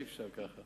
תקנה